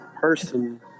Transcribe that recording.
person